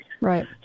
Right